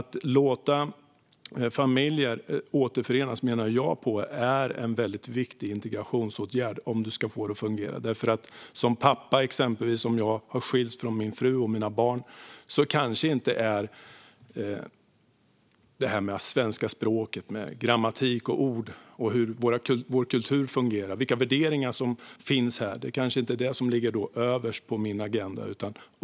Att låta familjer återförenas menar jag är en väldigt viktig integrationsåtgärd om vi ska få det att fungera. Om exempelvis jag som pappa har skilts från min fru och mina barn kanske det inte är detta med svenska språkets grammatik och ord eller hur vår kultur fungerar och vilka värderingar som finns här som ligger överst på min agenda.